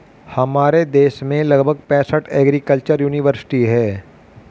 हमारे देश में लगभग पैंसठ एग्रीकल्चर युनिवर्सिटी है